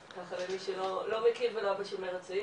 ככה למי שלא מכיר ולא היה בשומר הצעיר